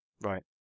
Right